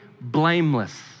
blameless